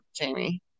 Jamie